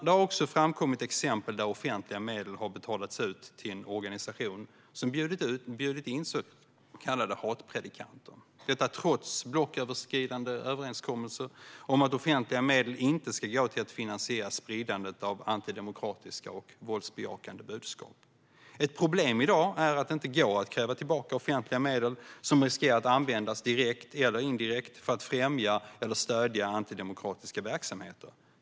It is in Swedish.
Det har också framkommit exempel där offentliga medel har betalats ut till en organisation som har bjudit in så kallade hatpredikanter, detta trots blocköverskridande överenskommelser om att offentliga medel inte ska gå till att finansiera spridandet av antidemokratiska och våldsbejakande budskap. Ett problem i dag är att det inte går att kräva tillbaka offentliga medel som riskerar att användas, direkt eller indirekt, för att främja eller stödja antidemokratiska verksamheter.